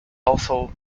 also